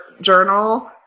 journal